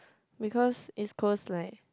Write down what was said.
because East-Coast like